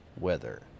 weather